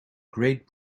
great